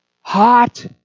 Hot